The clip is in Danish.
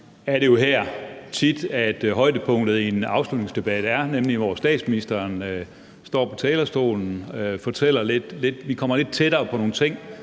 er det jo tit her, højdepunktet i en afslutningsdebat er, nemlig hvor statsministeren står på talerstolen og vi kommer lidt tættere på nogle ting